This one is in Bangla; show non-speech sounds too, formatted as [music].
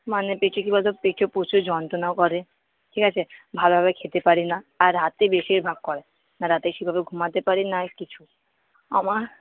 মানে পেটে কি [unintelligible] তো পেটে প্রচুর যন্ত্রণা করে ঠিক আছে ভালোভাবে খেতে পারি না আর রাতে বেশিরভাগ করে না রাতে সেভাবে ঘুমাতে পারি না কিছু আমার